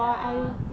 ya